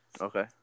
Okay